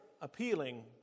appealing